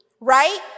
right